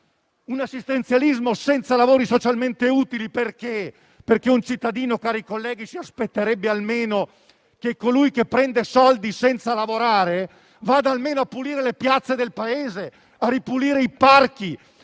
un assistenzialismo senza lavori socialmente utili, perché un cittadino, cari colleghi, si aspetterebbe che colui che prende soldi senza lavorare vada almeno a pulire le piazze del paese, a ripulire i parchi,